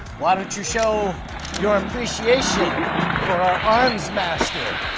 why don't you show your appreciation for our arms master.